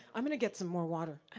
i'm gonna get some more water.